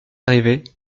arrivé